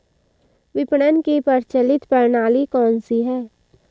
विपणन की प्रचलित प्रणाली कौनसी है?